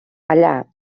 allà